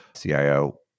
CIO